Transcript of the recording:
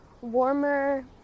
warmer